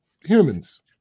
humans